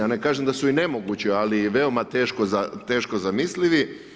Ja ne kažem da su i nemogući, ali veoma teško zamislivi.